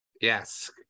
Yes